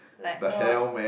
like uh